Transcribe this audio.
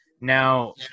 Now